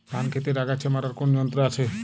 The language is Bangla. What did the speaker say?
ধান ক্ষেতের আগাছা মারার কোন যন্ত্র আছে?